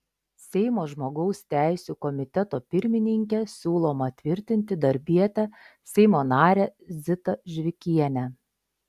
seimo žmogaus teisių komiteto pirmininke siūloma tvirtinti darbietę seimo narę zitą žvikienę